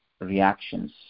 reactions